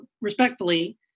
respectfully